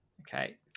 Okay